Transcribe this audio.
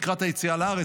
לקראת היציאה לארץ,